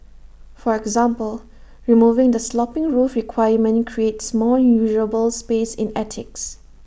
for example removing the sloping roof requirement creates more usable space in attics